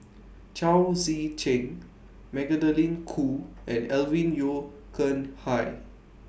Chao Tzee Cheng Magdalene Khoo and Alvin Yeo Khirn Hai